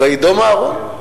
"וידם אהרן".